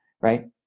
right